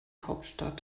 hauptstadt